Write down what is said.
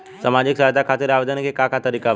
सामाजिक सहायता खातिर आवेदन के का तरीका बा?